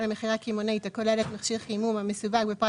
למכירה קמעונאית הכוללת מכשיר חימום המסווג בפרט